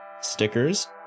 stickers